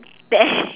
there